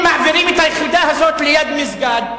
אם מעבירים את היחידה הזאת ליד מסגד,